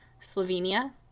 Slovenia